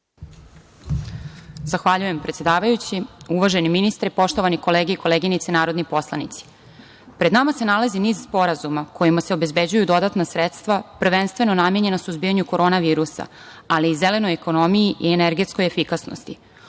Zahvaljujem predsedavajući. Uvaženi ministre, poštovane kolege i koleginice narodni poslanici, pred nama se nalazi niz sporazuma kojima se obezbeđuju dodatna sredstva prvenstveno namenjena suzbijanju korona virusa, ali i zelenoj ekonomiji i energetskoj efikasnosti. Ovo